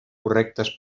correctes